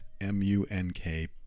M-U-N-K